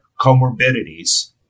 comorbidities